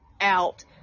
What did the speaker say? out